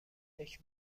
فکر